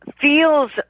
Feels